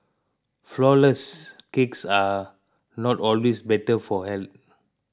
Flourless Cakes are not always better for health